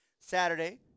Saturday